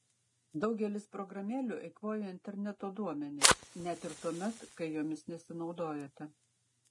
daugelis programėlių eikvoja interneto duomenis net ir tuomet kai jomis nesinaudojate